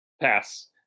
pass